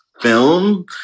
film